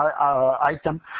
item